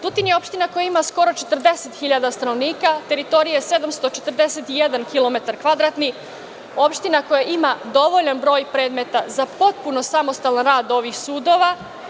Tutin je opština koja ima skoro 40 hiljada stanovnika, teritorije 741 kilometar kvadratni, opština koja ima dovoljan broj predmeta za potpuno samostalan rad ovih sudova.